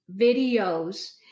videos